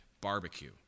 barbecue